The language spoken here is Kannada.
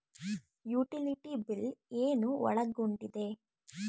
ಯುಟಿಲಿಟಿ ಬಿಲ್ ಏನು ಒಳಗೊಂಡಿದೆ?